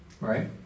Right